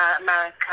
America